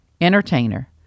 entertainer